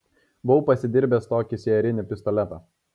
buvau pasidirbęs tokį sierinį pistoletą